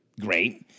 great